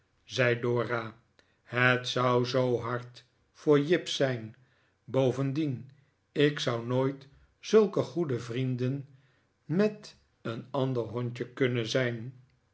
zei dora het zou zoo hard voor jip zijn bovendien ik zou nooit zulke goede vrienden met een ander hondje kunnen zijn